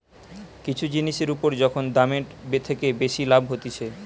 কিছু জিনিসের উপর যখন দামের থেকে বেশি লাভ হতিছে